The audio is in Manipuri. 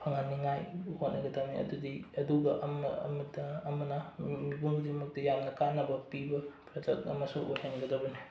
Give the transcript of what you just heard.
ꯐꯪꯍꯟꯅꯤꯡꯉꯥꯏ ꯍꯣꯠꯅꯒꯗꯕꯅꯤ ꯑꯗꯨꯗꯤ ꯑꯗꯨꯒ ꯑꯃꯅ ꯃꯤꯄꯨꯝ ꯈꯨꯗꯤꯡꯃꯛꯇ ꯌꯥꯝꯅ ꯀꯥꯟꯅꯕ ꯄꯤꯕ ꯄ꯭ꯔꯗꯛ ꯑꯃꯁꯨ ꯑꯣꯏꯍꯟꯒꯗꯕꯅꯤ